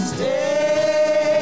Stay